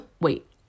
Wait